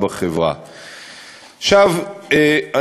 שעלולה לגרום להן לפעולות אובדניות.